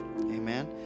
Amen